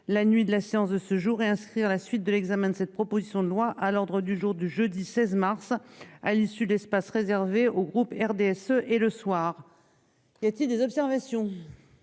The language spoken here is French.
la nuit de la séance de ce jour et inscrire la suite de l'examen de cette proposition de loi à l'ordre du jour du jeudi 16 mars à l'issue d'espace réservé au groupe RDSE et le soir. Y a-t-il des observations.